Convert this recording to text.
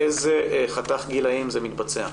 באיזה חתך גילים זה מתבצע?